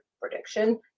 prediction